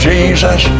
Jesus